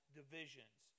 divisions